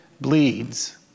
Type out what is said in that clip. bleeds